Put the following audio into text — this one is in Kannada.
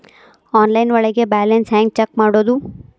ಆನ್ಲೈನ್ ಒಳಗೆ ಬ್ಯಾಲೆನ್ಸ್ ಹ್ಯಾಂಗ ಚೆಕ್ ಮಾಡೋದು?